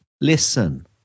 listen